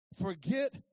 Forget